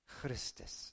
Christus